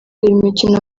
imikino